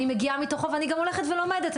אני מגיעה מתוכו, ואני גם הולכת ולומדת.